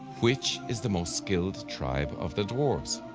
which is the most skilled tribe of the dwarfs?